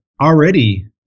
already